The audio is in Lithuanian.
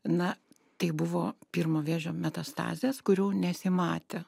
na tai buvo pirmo vėžio metastazės kurių nesimatė